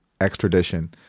extradition